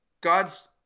God's